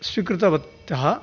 स्वीकृतवत्यः